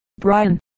Brian